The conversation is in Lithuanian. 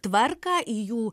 tvarką į jų